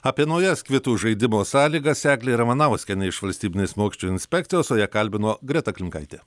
apie naujas kvitų žaidimo sąlygas eglė ramanauskienė iš valstybinės mokesčių inspekcijos o ją kalbino greta klimkaitė